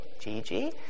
Gigi